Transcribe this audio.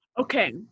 okay